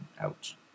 Ouch